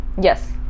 yes